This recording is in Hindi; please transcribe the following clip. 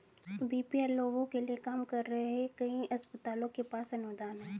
बी.पी.एल लोगों के लिए काम कर रहे कई अस्पतालों के पास अनुदान हैं